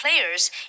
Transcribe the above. players